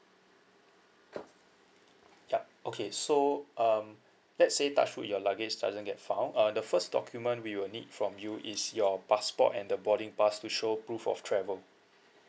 yup okay so um let's say touch wood your luggage doesn't get found uh the first document we will need from you is your passport and the boarding pass to show proof of travel